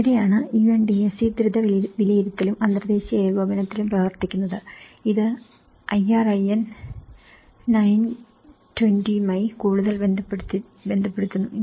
ഇവിടെയാണ് UNDAC ദ്രുത വിലയിരുത്തലിലും അന്തർദേശീയ ഏകോപനത്തിലും പ്രവർത്തിക്കുന്നത് ഇത് IRIN 920 മായി കൂടുതൽ ബന്ധപ്പെടുത്തുന്നു